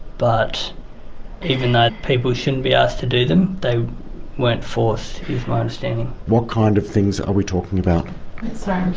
but even though people shouldn't be asked to do them, they weren't forced, is my understanding. what kind of things are we talking about?